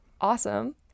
awesome